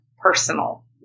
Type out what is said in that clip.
personal